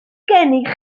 gennych